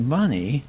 money